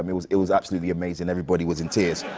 um it was it was absolutely amazing. everybody was in tears.